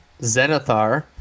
Zenithar